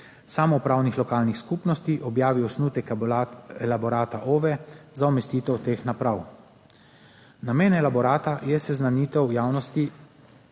samoupravnih lokalnih skupnosti objavi osnutek elaborata OVE za umestitev teh naprav. Namen elaborata je seznanitev javnosti